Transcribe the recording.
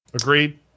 agreed